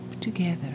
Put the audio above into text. together